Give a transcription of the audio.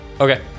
Okay